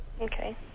Okay